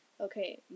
okay